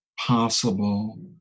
possible